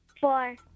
Four